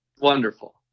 Wonderful